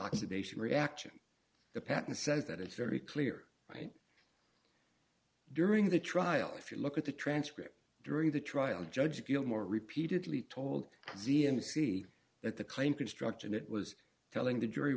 oxidation reaction the patent says that it's very clear right during the trial if you look at the transcript during the trial judge gilmore repeatedly told z m c that the claim construction it was telling the jury